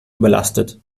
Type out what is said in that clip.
überlastet